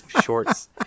shorts